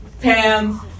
Pam